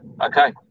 Okay